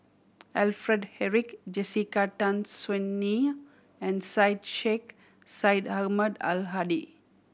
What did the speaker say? Alfred Eric Jessica Tan Soon Neo and Syed Sheikh Syed Ahmad Al Hadi